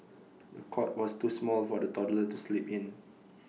the cot was too small for the toddler to sleep in